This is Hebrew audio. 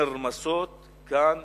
נרמסות כאן